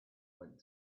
went